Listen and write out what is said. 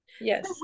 yes